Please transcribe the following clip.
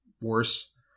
worse